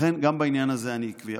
לכן, גם בעניין הזה אני עקבי.